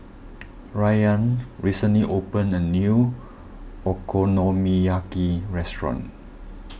Ryann recently opened a new Okonomiyaki restaurant